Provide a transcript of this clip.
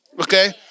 okay